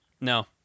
No